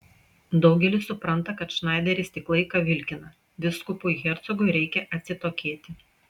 daugelis supranta kad šnaideris tik laiką vilkina vyskupui hercogui reikia atsitokėti